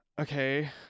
okay